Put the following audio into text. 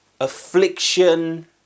affliction